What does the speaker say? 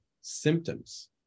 symptoms